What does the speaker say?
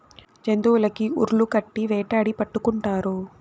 జంతులకి ఉర్లు కట్టి వేటాడి పట్టుకుంటారు